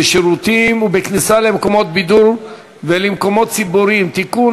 בשירותים ובכניסה למקומות בידור ולמקומות ציבוריים (תיקון,